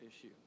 issue